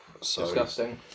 disgusting